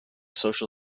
social